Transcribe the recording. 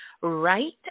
right